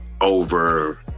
over